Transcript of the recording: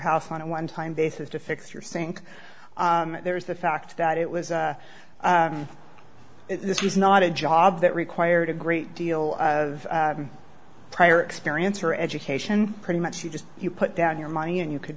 house on a one time basis to fix your sink there's the fact that it was this is not a job that required a great deal of prior experience or education pretty much you just you put down your money and you could